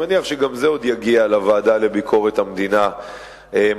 אני מניח שגם זה עוד יגיע לוועדה לביקורת המדינה מתישהו.